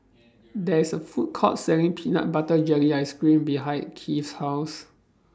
There IS A Food Court Selling Peanut Butter Jelly Ice Cream behind Keith House